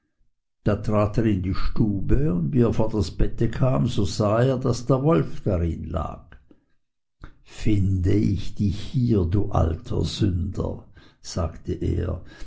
trat er in die stube und wie er vor das bette kam so sah er daß der wolf darin lag finde ich dich hier du alter sünder sagte er